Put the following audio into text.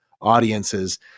audiences